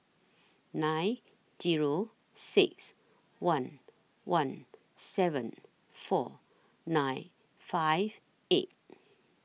nine Zero six one one seven four nine five eight